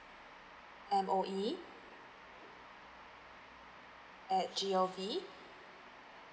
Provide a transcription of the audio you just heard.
M O E at G O V